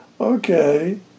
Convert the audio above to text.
okay